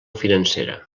financera